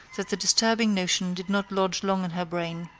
that the disturbing notion did not lodge long in her brain.